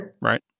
Right